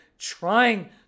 trying